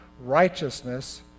righteousness